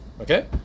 okay